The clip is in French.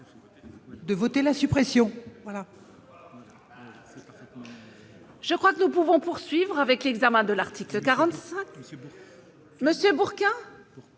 de voter la suppression